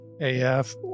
AF